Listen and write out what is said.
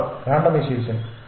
மாணவர் ரேண்டமைசேஷன்